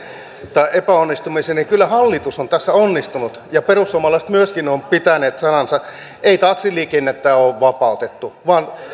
tai epäonnistumiseen niin kyllä hallitus on tässä onnistunut ja perussuomalaiset myöskin ovat pitäneet sanansa ei taksiliikennettä ole vapautettu vaan